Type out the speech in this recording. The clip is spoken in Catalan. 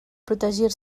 protegir